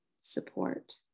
support